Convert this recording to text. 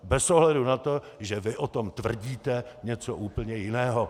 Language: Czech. Bez ohledu na to, že vy o tom tvrdíte něco úplně jiného.